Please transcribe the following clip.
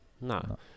no